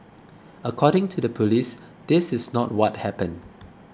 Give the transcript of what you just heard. according to the police this is not what happened